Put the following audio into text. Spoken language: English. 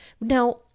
Now